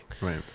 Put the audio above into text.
Right